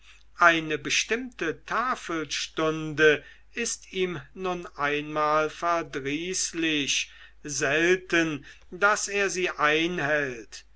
eine bestimmte tafelstunde ist ihm nun einmal verdrießlich selten daß er sie einhält